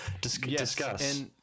Discuss